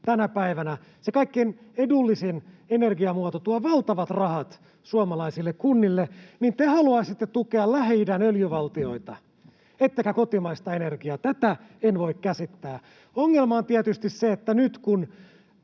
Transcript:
tänä päivänä, se kaikkein edullisin energiamuoto tuo valtavat rahat suomalaisille kunnille — niin te haluaisitte tukea Lähi-idän öljyvaltioita ettekä kotimaista energiaa. Tätä en voi käsittää. Ongelma on tietysti se, että nyt kun